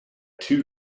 two